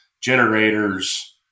generators